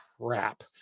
crap